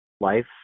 life